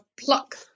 pluck